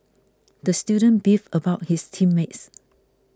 the student beefed about his team mates